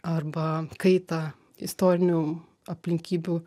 arba kaitą istorinių aplinkybių